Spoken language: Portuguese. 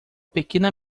pequena